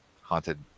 haunted